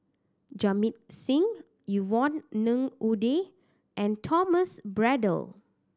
Jamit Singh Yvonne Ng Uhde and Thomas Braddell